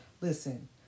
listen